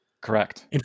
Correct